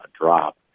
drop